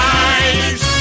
eyes